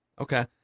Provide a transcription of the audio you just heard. okay